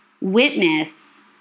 witness